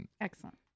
Excellent